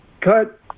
cut